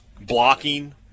blocking